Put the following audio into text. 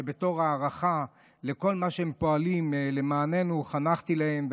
שבתור הערכה לכל מה שהם פועלים למעננו חנכתי להם.